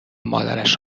مادرش